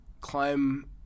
climb